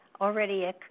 already